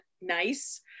nice